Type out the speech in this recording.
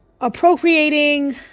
appropriating